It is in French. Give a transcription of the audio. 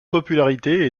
popularité